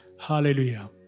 Hallelujah